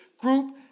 group